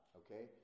okay